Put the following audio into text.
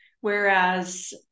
Whereas